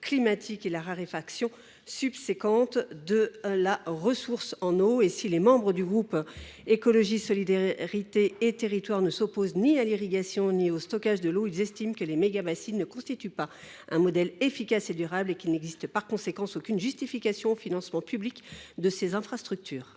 et la raréfaction subséquente de la ressource en eau. Si les membres du groupe Écologiste – Solidarité et Territoires ne s’opposent ni à l’irrigation ni au stockage de l’eau, les mégabassines ne constituent pas selon eux un modèle efficace et durable. Il n’existe aucune justification au financement public de telles infrastructures.